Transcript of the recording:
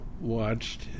watched